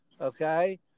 Okay